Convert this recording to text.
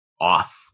off